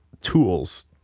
Tools